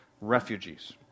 Refugees